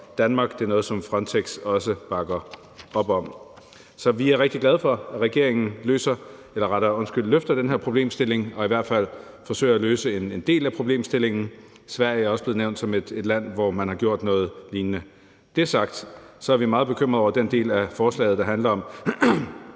Danmark. Det er noget, som Frontex også bakker op om. Så vi er rigtig glade for, at regeringen løfter den her problemstilling og i hvert fald forsøger at løse en del af problemstillingen. Sverige er også blevet nævnt som et land, hvor man har gjort noget lignende. Når det er sagt, er vi meget bekymrede over den del af forslaget, der handler om